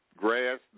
grass